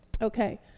Okay